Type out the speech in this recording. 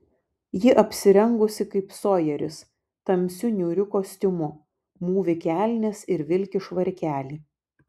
ji apsirengusi kaip sojeris tamsiu niūriu kostiumu mūvi kelnes ir vilki švarkelį